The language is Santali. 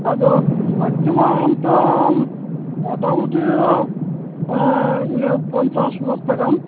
ᱟᱫᱚ ᱞᱟᱹᱠᱛᱤ ᱢᱟ ᱮᱱᱛᱮᱱ ᱢᱚᱴᱟᱢᱩᱴᱤ ᱤᱱᱟᱹ ᱯᱚᱧᱪᱟᱥ ᱵᱚᱥᱛᱟ ᱜᱟᱱ